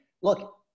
look